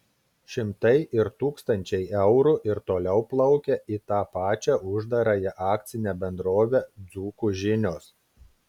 šimtai ir tūkstančiai eurų ir toliau plaukia į tą pačią uždarąją akcinę bendrovę dzūkų žinios